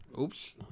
Oops